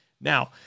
Now